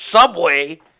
Subway